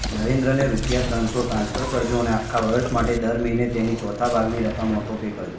નરેન્દ્રને રૂપિયા ત્રણસો ટ્રાન્સફર કરજો અને આખા વર્ષ માટે દર મહિને તેની ચોથા ભાગની રકમ ઑટો પે કરજો